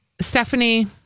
Stephanie